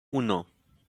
uno